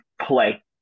play